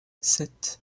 sept